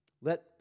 Let